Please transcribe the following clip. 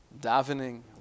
davening